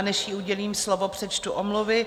Než jí udělím slovo, přečtu omluvy.